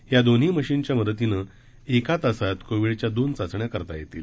या दोन्ही मशीनच्या मदतीनं एका तासात कोविडच्या दोन चाचण्या करता येतील